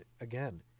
again